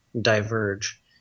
diverge